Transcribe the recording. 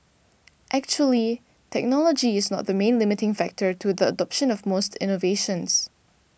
actually technology is not the main limiting factor to the adoption of most innovations